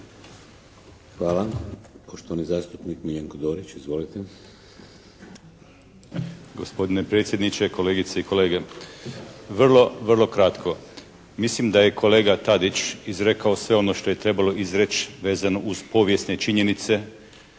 Hvala. Poštovani zastupnik Miljenko Dorić. Izvolite.